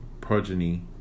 progeny